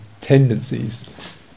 tendencies